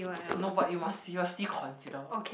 no but you must seriously consider